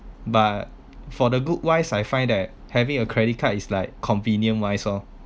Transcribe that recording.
but for the good wise I find that having a credit card is like convenience wise lor